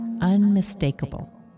unmistakable